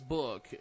book